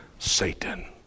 Satan